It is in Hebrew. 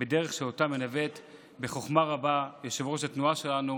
בדרך שמנווט בחוכמה רבה יושב-ראש התנועה שלנו